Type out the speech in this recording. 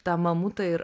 tą mamutą ir